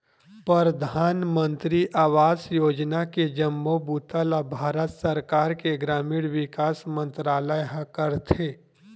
परधानमंतरी आवास योजना के जम्मो बूता ल भारत सरकार के ग्रामीण विकास मंतरालय ह करथे